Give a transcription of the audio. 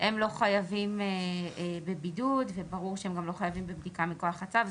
הם לא חייבים בבידוד וברור שהם גם לא חייבים בבדיקה מכוח הצו.